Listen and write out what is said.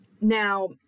Now